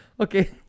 Okay